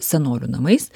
senolių namais